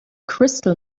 crystal